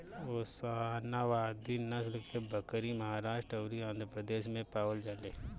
ओस्मानावादी नसल के बकरी महाराष्ट्र अउरी आंध्रप्रदेश में पावल जाले